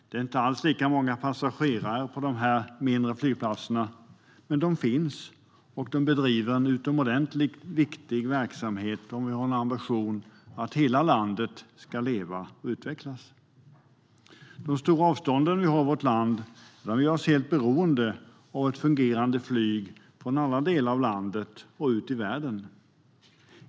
Det är inte lika många passagerare på dessa mindre flygplatser, men de finns och bedriver en mycket viktig verksamhet om vi har ambitionen att hela landet ska leva och utvecklas. De stora avstånden i vårt land gör oss helt beroende av ett fungerande flyg från alla delar av landet och ut i världen.